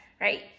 right